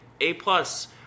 A-plus